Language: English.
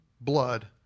blood